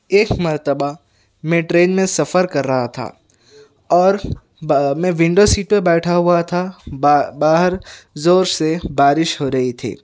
ایک مرتبہ میں ٹرین میں سفر کر رہا تھا اور با میں ونڈو سیٹ پر بیٹھا ہوا تھا با باہر زور سے بارش ہو رہی تھی